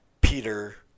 Peter